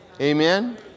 Amen